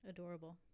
Adorable